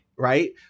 Right